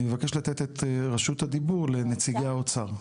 אני מבקש לתת את רשות הדיבור לנציגי האוצר.